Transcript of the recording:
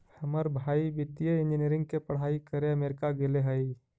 हमर भाई वित्तीय इंजीनियरिंग के पढ़ाई करे अमेरिका गेले हइ